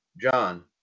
John